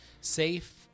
Safe